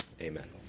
Amen